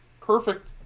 perfect